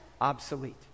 obsolete